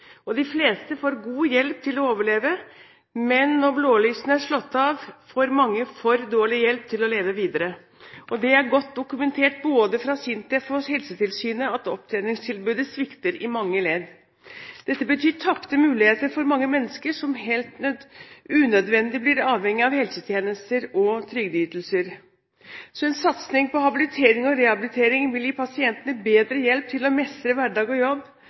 De fleste får god hjelp til å overleve, men når blålysene er slått av, får mange for dårlig hjelp til å leve videre. Det er godt dokumentert både fra SINTEF og hos Helsetilsynet at opptreningstilbudet svikter i mange ledd. Dette betyr tapte muligheter for mange mennesker som helt unødvendig blir avhengige av helsetjenester og trygdeytelser. En satsing på habilitering og rehabilitering vil gi pasientene bedre hjelp til å mestre hverdag og jobb.